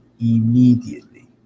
immediately